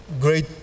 great